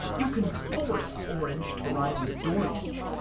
you can force orange to rhyme with door hinge,